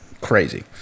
Crazy